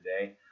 today